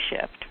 shift